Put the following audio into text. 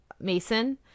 Mason